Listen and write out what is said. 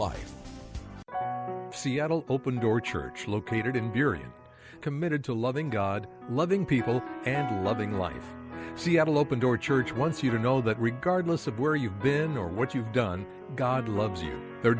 life seattle's open door church located in theory and committed to loving god loving people and loving life seattle open door church once you know that regardless of where you've been or what you've done god loves you their